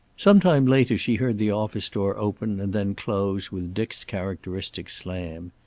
some time later she heard the office door open and then close with dick's characteristic slam.